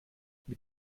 mit